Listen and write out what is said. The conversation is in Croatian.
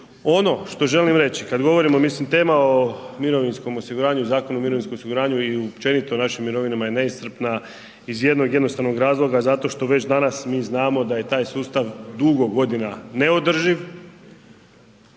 Ono što želim reći kada govorimo, mislim tema o mirovinskom osiguranju i Zakon o mirovinskom osiguranju i općenito o našim mirovinama je neiscrpna iz jednog jednostavnog razloga zato što već danas mi znamo da je taj sustav dugo godina neodrživ,